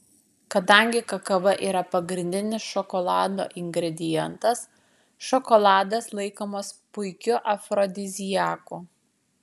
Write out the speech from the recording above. kadangi kakava yra pagrindinis šokolado ingredientas šokoladas laikomas puikiu afrodiziaku